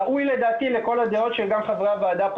ראוי לדעתי לכל הדעות שגם חברי הוועדה פה